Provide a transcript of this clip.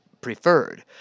preferred